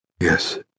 Yes